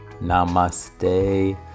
namaste